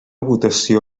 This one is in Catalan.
votació